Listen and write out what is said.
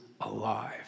alive